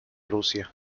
rusia